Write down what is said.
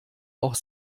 auch